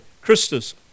Christus